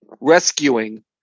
Rescuing